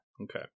Okay